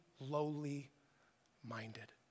lowly-minded